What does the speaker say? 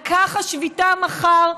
על כך השביתה מחר,